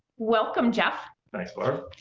welcome, jeff. thanks barb.